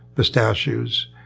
pistachios.